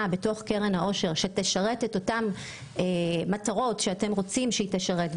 בקרן העושר שתשרת את אותן מטרות שאתם רוצים שהיא תשרת,